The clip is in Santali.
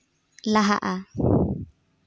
ᱞᱟᱦᱟᱜᱼᱟ